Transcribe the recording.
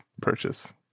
purchase